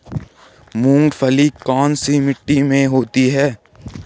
मूंगफली कौन सी मिट्टी में होती है?